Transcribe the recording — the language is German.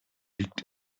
liegt